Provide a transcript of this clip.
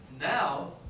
Now